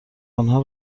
آنها